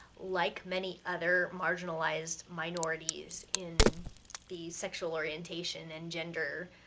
like many other marginalized minorities in the sexual orientation and gender,